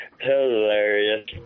Hilarious